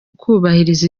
kubahiriza